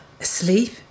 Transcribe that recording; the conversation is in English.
asleep